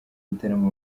gitaramo